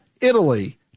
Italy